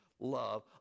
Love